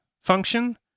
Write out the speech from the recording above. function